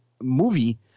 movie